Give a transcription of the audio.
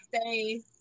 stay